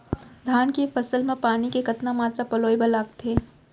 धान के फसल म पानी के कतना मात्रा पलोय बर लागथे?